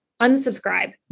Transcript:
unsubscribe